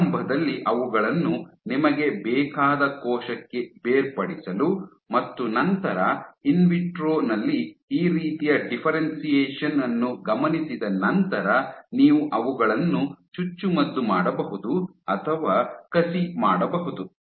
ಆರಂಭದಲ್ಲಿ ಅವುಗಳನ್ನು ನಿಮಗೆ ಬೇಕಾದ ಕೋಶಕ್ಕೆ ಬೇರ್ಪಡಿಸಲು ಮತ್ತು ನಂತರ ಇನ್ವಿಟ್ರೊ ನಲ್ಲಿ ಈ ರೀತಿಯ ಡಿಫ್ಫೆರೆನ್ಶಿಯೇಶನ್ ವನ್ನು ಗಮನಿಸಿದ ನಂತರ ನೀವು ಅವುಗಳನ್ನು ಚುಚ್ಚುಮದ್ದು ಮಾಡಬಹುದು ಅಥವಾ ಕಸಿ ಮಾಡಬಹುದು